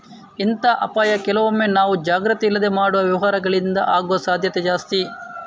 ಇಂತಹ ಅಪಾಯ ಕೆಲವೊಮ್ಮೆ ನಾವು ಜಾಗ್ರತೆ ಇಲ್ಲದೆ ಮಾಡುವ ವ್ಯವಹಾರಗಳಿಂದ ಆಗುವ ಸಾಧ್ಯತೆ ಜಾಸ್ತಿ